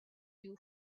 you